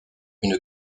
une